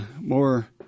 more